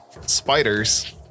spiders